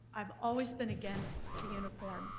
i've always been against the uniform,